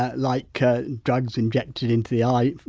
ah like drugs injected into the eye,